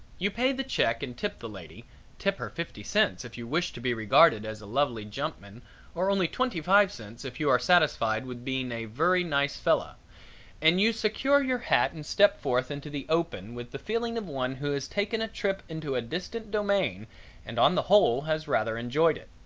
you pay the check and tip the lady tip her fifty cents if you wish to be regarded as a lovely jumpman or only twenty-five cents if you are satisfied with being a vurry nice fella and you secure your hat and step forth into the open with the feeling of one who has taken a trip into a distant domain and on the whole has rather enjoyed it.